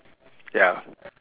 ya